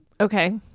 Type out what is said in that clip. okay